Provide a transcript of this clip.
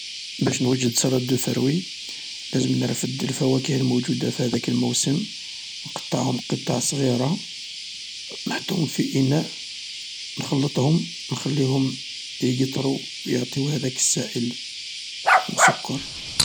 باش نوجد صالاد دو فروي لازم نرفد الفواكه الموجودة في هاذاك الموسم نقطعهم قطع صغيرة نحطهم في إناء نخلطهم نخليهم يقطرو يعطيو هذا السائل المسكر.